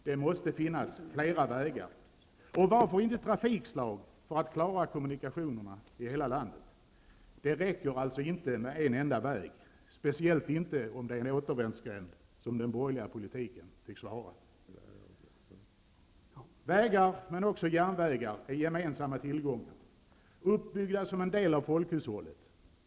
Det måste finnas flera vägar, och varför inte trafikslag, för att klara kommunikationerna i hela landet. Det räcker alltså inte med en enda väg, speciellt inte om den är en återvändsgränd, som den borgerliga politiken tycks vara. Vägar, och också järnvägar, är gemensamma tillgångar, uppbyggda som en del av folkhushållet.